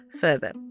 further